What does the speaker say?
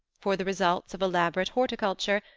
for the results of elaborate horticulture,